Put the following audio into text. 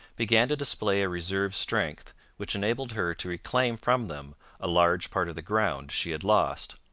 began to display a reserve strength which enabled her to reclaim from them a large part of the ground she had lost.